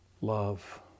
love